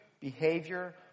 behavior